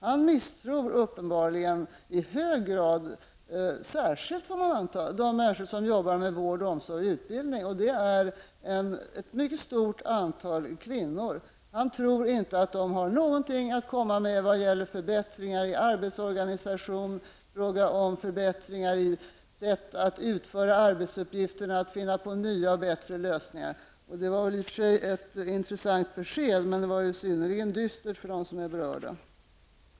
Hans Gustafsson misstror uppenbarligen i hög grad speciellt de människor som arbetar med vård, omsorg och utbildning, och det är ett mycket stort antal kvinnor. Han tror inte att de har någonting att komma med i fråga om förbättringar av arbetsorganisation, förbättringar i sättet att utföra arbetsuppgifter eller att finna på nya och bättre lösningar. Det var väl i och för sig ett intressant besked, men det var synnerligen dystert för dem som är berörda.